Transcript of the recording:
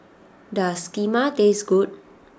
does Kheema taste good